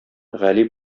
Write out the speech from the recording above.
гали